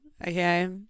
Okay